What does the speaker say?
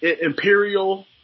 Imperial